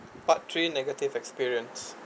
part three negative experience